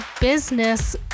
business